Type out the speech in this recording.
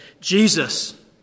Jesus